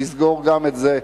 נסגור גם את זה.